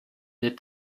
des